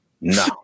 no